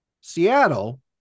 Seattle